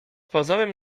pozorem